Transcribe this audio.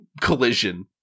collision